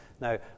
Now